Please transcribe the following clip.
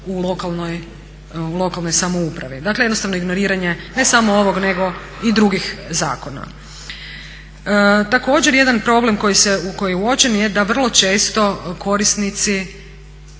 u lokalnoj samoupravi. Dakle jednostavno ignoriranje ne samo ovog nego i drugih zakona. Također jedan problem koji je uočen je da vrlo često korisnici